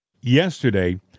yesterday